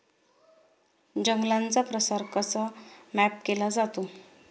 जंगलांचा प्रसार कसा मॅप केला जातो?